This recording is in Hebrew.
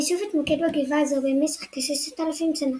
היישוב התמקד בגבעה זו במשך כששת אלפים שנה,